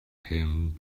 him